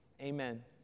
Amen